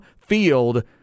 field